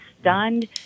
stunned